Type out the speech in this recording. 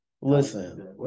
Listen